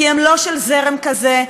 כי הם לא של זרם כזה,